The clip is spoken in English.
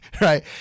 right